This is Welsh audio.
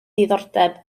diddordeb